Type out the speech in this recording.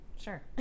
Sure